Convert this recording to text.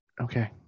Okay